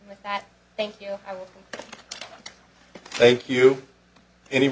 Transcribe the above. with that thank you thank you any